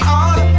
on